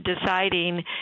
deciding